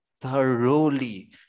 Thoroughly